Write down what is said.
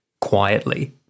quietly